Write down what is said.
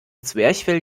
zwerchfell